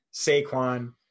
Saquon